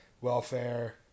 welfare